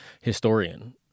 historian